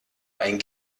ein